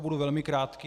Budu velmi krátký.